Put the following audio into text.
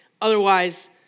Otherwise